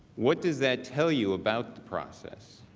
what does that tell you about the process?